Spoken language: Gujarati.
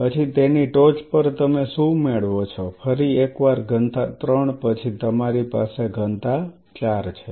પછી તેની ટોચ પર તમે શું મેળવો છો ફરી એકવાર ઘનતા 3 પછી તમારી પાસે ઘનતા 4 છે